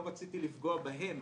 לא רציתי לפגוע בהם,